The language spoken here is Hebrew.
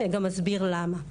אני גם אסביר למה.